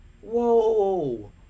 Whoa